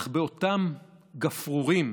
אך באותם גפרורים